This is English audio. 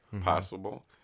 possible